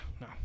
no